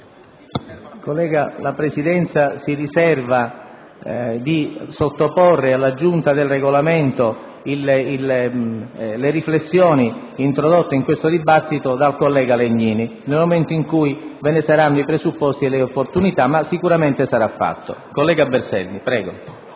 Incostante, la Presidenza si riserva di sottoporre alla Giunta per il Regolamento le riflessioni introdotte in questo dibattito dal collega Legnini nel momento in cui ve ne saranno i presupposti e le opportunità. Sicuramente sarà fatto. INCOSTANTE *(PD)*.